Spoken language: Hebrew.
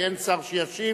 כי אין שר שישיב.